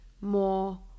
more